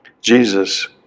Jesus